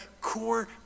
core